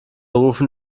rufen